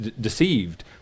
deceived